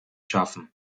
schaffen